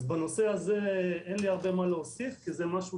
בנושא הזה אין לי הרבה להוסיף, כי זה משהו